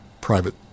private